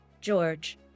George